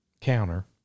counter